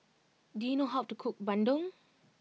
do you know how to cook Bandung